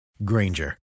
Granger